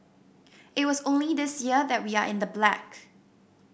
it was only this year that we are in the black